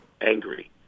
angry